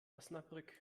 osnabrück